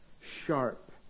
sharp